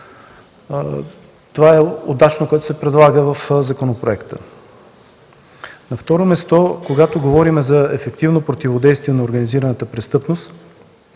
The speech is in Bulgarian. това, което се предлага в законопроекта, е удачно. На второ място, когато говорим за ефективно противодействие на организираната престъпност,